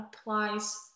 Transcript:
applies